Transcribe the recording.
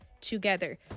together